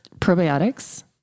probiotics